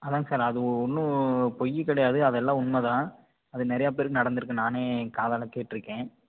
அதாங்க சார் அது ஒன்றும் பொய் கிடையாது அதெல்லாம் உண்மைதான் அது நிறையா பேருக்கு நடந்திருக்கு நானே காதால் கேட்டிருக்கேன்